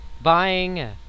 buying